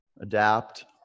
Adapt